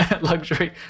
luxury